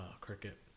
cricket